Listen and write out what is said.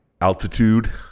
Altitude